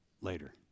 later